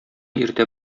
иртә